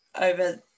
over